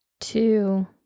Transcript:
two